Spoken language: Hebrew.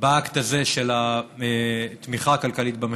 באקט הזה של התמיכה הכלכלית במחבלים.